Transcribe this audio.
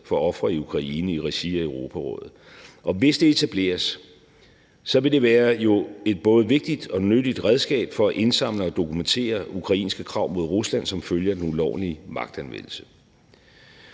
for ofre i Ukraine i regi af Europarådet, og hvis det etableres, vil det være et både vigtigt og nyttigt redskab til at indsamle og dokumentere ukrainske krav mod Rusland som følge af den ulovlige magtanvendelse.